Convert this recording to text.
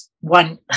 one